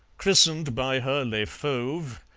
christened by her les fauves,